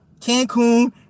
Cancun